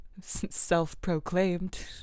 self-proclaimed